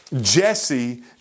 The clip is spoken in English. Jesse